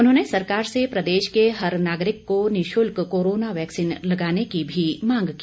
उन्होंने सरकार से प्रदेश के हर नागरिक को निशुल्क कोरोना वैक्सीन लगाने की भी मांग की